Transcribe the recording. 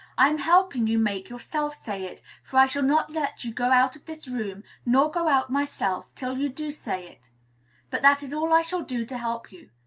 i am helping you make yourself say it, for i shall not let you go out of this room, nor go out myself, till you do say it but that is all i shall do to help you.